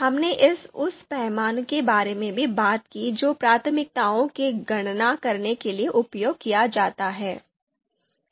हमने उस पैमाने के बारे में भी बात की जो प्राथमिकताओं की गणना करने के लिए उपयोग किया जाता है